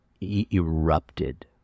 erupted